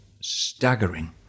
staggering